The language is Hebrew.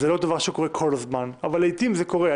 זה לא דבר שקורה כל הזמן, אבל לעתים זה קורה.